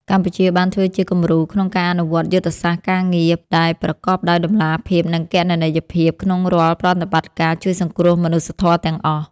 កម្ពុជាបានធ្វើជាគំរូក្នុងការអនុវត្តយុទ្ធសាស្ត្រការងារដែលប្រកបដោយតម្លាភាព និងគណនេយ្យភាព ក្នុងរាល់ប្រតិបត្តិការជួយសង្គ្រោះមនុស្សធម៌ទាំងអស់។